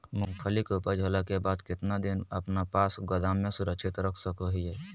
मूंगफली के ऊपज होला के बाद कितना दिन अपना पास गोदाम में सुरक्षित रख सको हीयय?